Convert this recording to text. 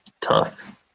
tough